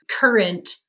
current